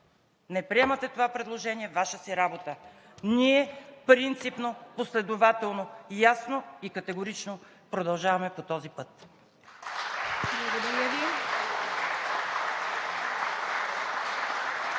Не приемате това предложение – Ваша си работа. Ние принципно, последователно, ясно и категорично продължаваме по този път.